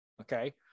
okay